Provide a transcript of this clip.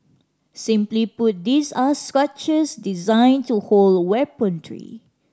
simply put these are structures designed to hold weaponry